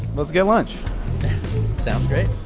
let's get lunch sounds great